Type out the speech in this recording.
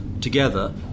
together